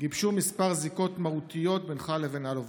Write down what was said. גיבשו מספר זיקות מהותיות בינך לבין אלוביץ'.